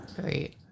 Great